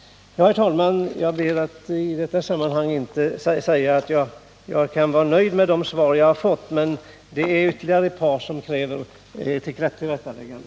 Herr talman! Jag kan säga att jag nu är mera nöjd med de svar jag fått än med interpellationssvaret. Men det är ytterligare ett par saker som kräver tillrättaläggande.